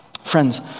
Friends